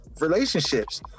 relationships